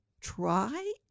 try